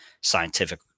scientific